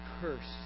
cursed